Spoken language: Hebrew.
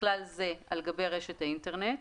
ובכלל זה על גבי רשת האינטרנט,